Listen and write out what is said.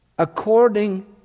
according